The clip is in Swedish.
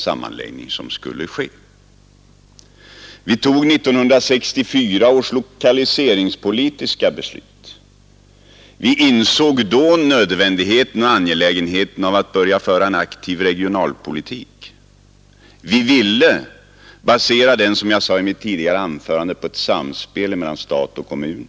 Sedan fattade vi 1964 års lokaliseringspolitiska beslut, och då insåg alla angelägenheten och nödvändigheten av att börja föra en aktiv regionalpolitik. Och som jag sade tidigare ville vi basera den politiken på ett samspel mellan stat och kommun.